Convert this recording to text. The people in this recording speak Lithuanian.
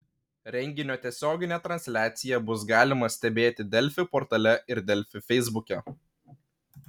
renginio tiesioginę transliaciją bus galima stebėti delfi portale ir delfi feisbuke